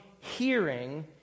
hearing